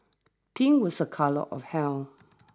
pink was a colour of health